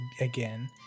again